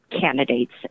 candidates